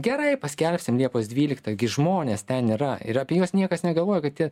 gerai paskelbsim liepos dvyliktą gi žmonės ten yra ir apie juos niekas negalvoja kad tie